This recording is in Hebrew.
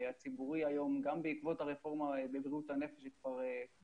מערך בריאות הנפש הציבורי היום,